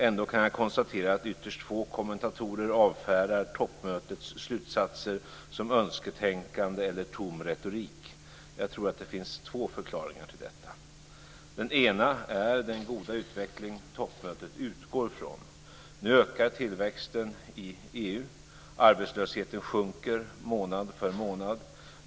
Ändå kan jag konstatera att ytterst få kommentatorer avfärdar toppmötets slutsatser som önsketänkande eller tom retorik. Jag tror att det finns två förklaringar till detta. Den ena är den goda utveckling som toppmötet utgår ifrån. Nu ökar tillväxten i EU. Arbetslösheten sjunker månad för månad.